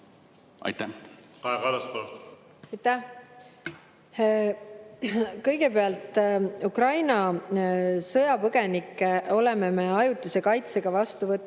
Aitäh! Kõigepealt, Ukraina sõjapõgenikke oleme me ajutise kaitsega vastu võtnud